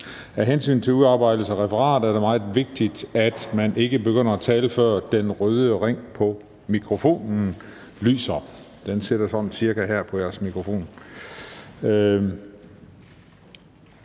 Af hensyn til udarbejdelse af referat er det meget vigtigt, at man ikke begynder at tale, før den røde i ring på mikrofonen lyser. Man vil som normalt kunne se den